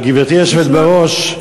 גברתי היושבת בראש,